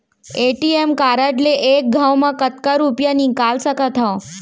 ATM card ले एक घव म कतका रुपिया निकाल सकथव?